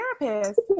therapist